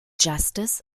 justice